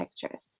pictures